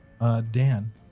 Dan